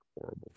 horrible